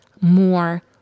more